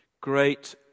Great